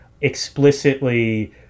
explicitly